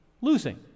losing